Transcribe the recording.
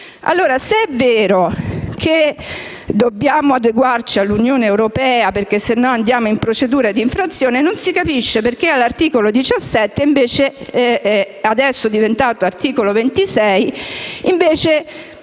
Se è vero che dobbiamo adeguarci all'Unione europea altrimenti andiamo in procedura d'infrazione, non si capisce perché all'articolo 17, adesso diventato articolo 26, andiamo